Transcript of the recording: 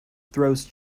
throws